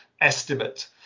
estimate